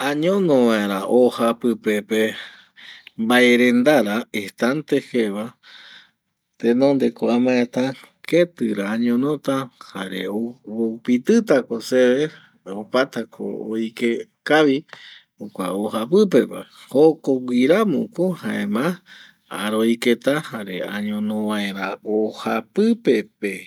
Añono vaera o japɨpe pe mbae rendara estante je va tenonde ko amaeta ketɨra añonota jare oupitɨ ta ko seve, opata ko oike kavi jokua o japɨpe va jokogui ramo ko jaema aroiketa jare añono vaera o japɨpe pe